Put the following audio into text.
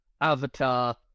Avatar